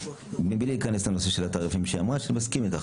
מבלי להיכנס לעניין התעריפים שאני מסכים איתך,